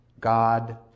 God